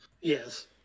Yes